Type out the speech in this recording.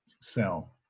sell